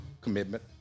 commitment